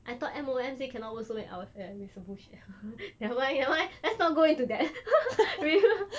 I thought M_O_M say cannot work so many hours eh it's a bullshit never mind never mind let's not go into that we